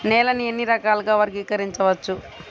నేలని ఎన్ని రకాలుగా వర్గీకరించవచ్చు?